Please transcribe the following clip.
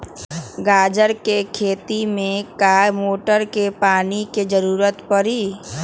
गाजर के खेती में का मोटर के पानी के ज़रूरत परी?